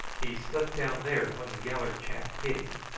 he slipped down there when the yaller chap hit him.